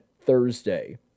Thursday